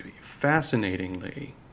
fascinatingly